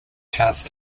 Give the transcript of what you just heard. chance